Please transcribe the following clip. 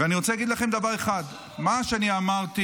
ואני רוצה להגיד לכם דבר אחד: מה שאני אמרתי,